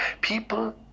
People